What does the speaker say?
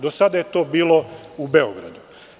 Do sada je to bilo u Beogradu.